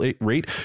rate